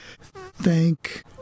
Thank